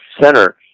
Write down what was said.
center